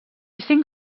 cinc